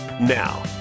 Now